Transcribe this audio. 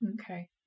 Okay